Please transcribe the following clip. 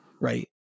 right